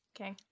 Okay